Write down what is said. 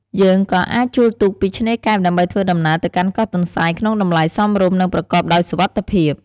យើងក៏អាចជួលទូកពីឆ្នេរកែបដើម្បីធ្វើដំណើរទៅកាន់កោះទន្សាយក្នុងតម្លៃសមរម្យ និងប្រកបដោយសុវត្ថិភាព។